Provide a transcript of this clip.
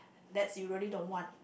that's you really don't want